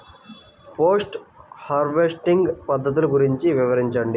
Post harvesting పద్ధతులు గురించి వివరించండి?